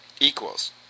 equals